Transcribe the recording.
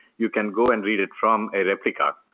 you can go and read it from a replica.